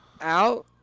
out